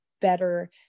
better